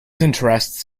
interests